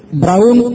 brown